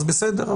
אז בסדר.